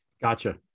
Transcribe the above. Gotcha